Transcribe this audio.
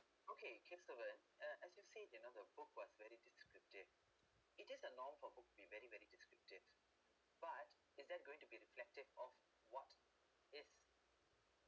okay kesavan uh as you say you know the book was very descriptive it just a norm for book be very very descriptive but is that going to be reflective of what is